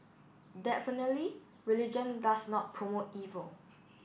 definitely religion does not promote evil